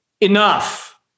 enough